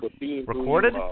Recorded